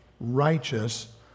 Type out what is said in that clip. righteous